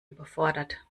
überfordert